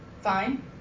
Fine